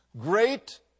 Great